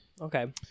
Okay